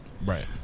Right